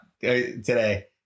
today